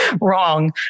Wrong